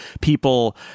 people